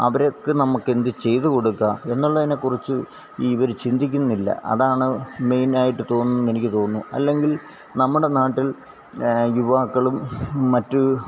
അവര്ക്ക് നമുക്ക് എന്ത് ചെയ്ത് കൊടുക്കാം എന്നുള്ളതിനെക്കുറിച്ച് ഇവര് ചിന്തിക്കുന്നില്ല അതാണ് മെയ്നായിട്ട് തോന്നുന്നെനിക്ക് തോന്നുന്നു അല്ലെങ്കില് നമ്മുടെ നാട്ടില് യുവാക്കളും മറ്റ്